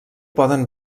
poden